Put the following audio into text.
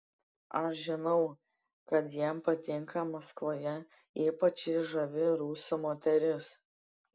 aš žinau kad jam patinka maskvoje ypač jį žavi rusų moterys